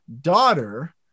daughter